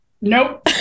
Nope